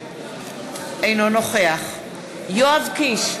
אינו נוכח יואב קיש,